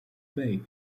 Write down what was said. bay